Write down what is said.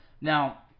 now